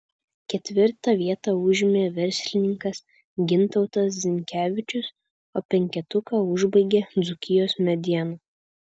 ketvirtą vietą užėmė verslininkas gintautas zinkevičius o penketuką užbaigė dzūkijos mediena